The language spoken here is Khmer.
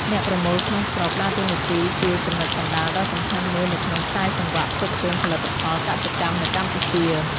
អ្នកប្រមូលក្នុងស្រុក ដើរតួនាទីជាចំណុចកណ្ដាលដ៏សំខាន់មួយនៅក្នុងខ្សែសង្វាក់ផ្គត់ផ្គង់ផលិតផលកសិកម្មនៅកម្ពុជា។